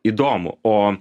įdomu o